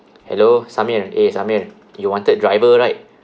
hello samir eh samir you wanted driver right